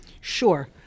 Sure